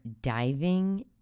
diving